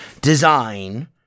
design